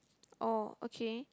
oh okay